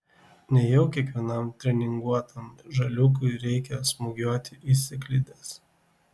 nejau kiekvienam treninguotam žaliūkui reikia smūgiuoti į sėklides